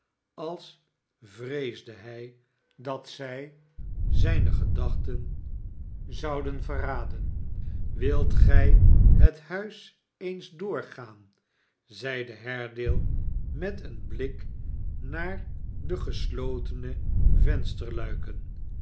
als vreesde hij dat zij zijne gedachten zouden verraden wilt gij het huis eens doorgaan zeide haredaie met eenblik naar de geslotene